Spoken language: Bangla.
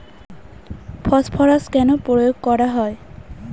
ফসফরাস কেন প্রয়োগ করা হয়?